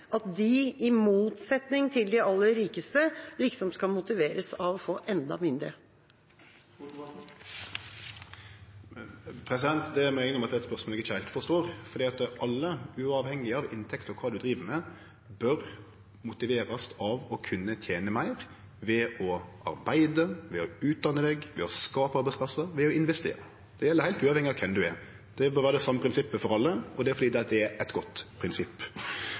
at de i motsetning til de aller rikeste liksom skal motiveres av å få enda mindre? Det må eg innrømme er eit spørsmål eg ikkje heilt forstår, for alle, uavhengig av inntekt og kva ein driv med, bør motiverast av å kunne tene meir ved å arbeide, ved å utdanne seg, ved å skape arbeidsplassar og ved å investere. Det gjeld heilt uavhengig av kven ein er. Det bør vere det same prinsippet for alle, og det er fordi det er eit godt prinsipp.